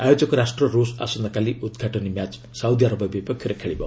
ଆୟୋଜକ ରାଷ୍ଟ୍ର ରଷ ଆସନ୍ତାକାଲି ଉଦ୍ଘାଟନୀ ମ୍ୟାଚ ସାଉଦିଆରବ ବିପକ୍ଷରେ ଖେଳିବ